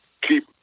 keep